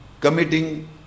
committing